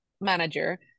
manager